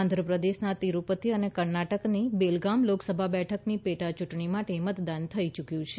આંધ્રપ્રદેશના તિરુપતિ અને કર્ણાટકની બેલગામ લોકસભા બેઠકની પેટા ચૂંટણી માટે મતદાન થઇ ચૂક્યું છે